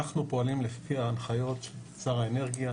אנחנו פועלים לפי ההנחיות של שר האנרגיה.